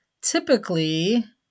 Typically